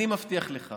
אני מבטיח לך